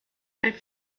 als